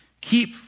Keep